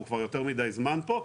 הוא כבר יותר מדי זמן פה,